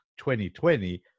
2020